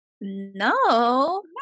No